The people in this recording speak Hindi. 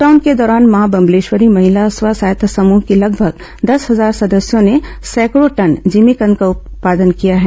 लॉकडाउन के दौरान मां बम्लेश्वरी महिला स्व सहायता समूह की लगभग दस हजार सदस्यों ने सैंकड़ों टन जिमीकंद का उत्पादन किया है